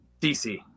DC